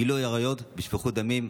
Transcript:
גילוי עריות ושפיכות דמים,